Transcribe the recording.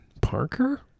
Parker